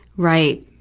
right.